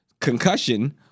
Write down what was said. Concussion